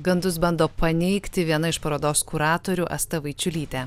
gandus bando paneigti viena iš parodos kuratorių asta vaičiulytė